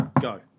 Go